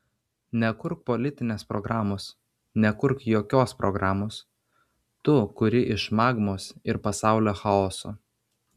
nekurk politinės programos nekurk jokios programos tu kuri iš magmos ir pasaulio chaoso